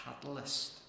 catalyst